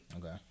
Okay